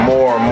More